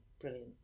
brilliant